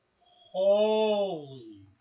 Holy